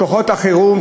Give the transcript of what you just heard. כוחות החירום,